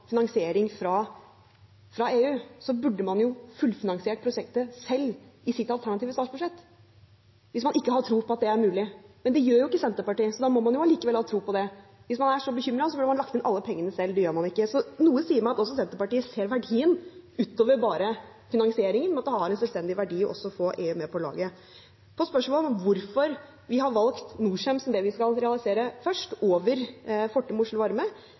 finansiering fra EU, burde man fullfinansiert prosjektet selv i sitt alternative statsbudsjett – hvis man ikke har tro på at det er mulig. Men det gjør ikke Senterpartiet, så da må man allikevel ha tro på det. Hvis man er så bekymret, burde man lagt inn alle pengene selv. Det gjør man ikke. Så noe sier meg at også Senterpartiet ser verdien utover bare finansieringen, at det har en selvstendig verdi også å få EU med på laget. På spørsmålet om hvorfor vi har valgt Norcem framfor Fortum Oslo Varme som det vi skal realisere først,